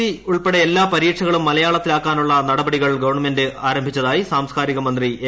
C യുടേത്ത് ഉൾപ്പെടെ എല്ലാ പരീക്ഷകളും മലയാളത്തിലാക്കാനുള്ള നടപടികൾ ഗവൺമെന്റ് ആരംഭിച്ചതായി സാംസ്കാരിക മന്ത്രി എ